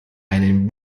einen